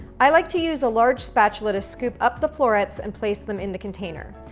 i like to use a large spatula to scoop up the florets and place them in the container.